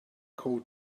called